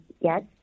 Yes